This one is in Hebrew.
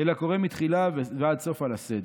אלא קורא מתחילה ועד סוף, על הסדר.